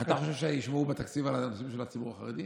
אתה חושב שישמרו בתקציב על הנושאים של הציבור החרדי?